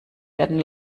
werden